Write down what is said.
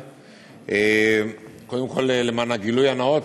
גם בתחום המנהרות,